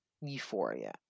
euphoria